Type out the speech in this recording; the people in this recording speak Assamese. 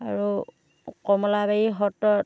আৰু কমলাবাৰী সত্ৰত